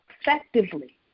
effectively